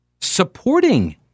supporting